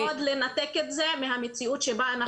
קשה מאוד לנתק את זה מהמציאות שבה אנחנו חיים.